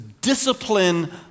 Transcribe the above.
Discipline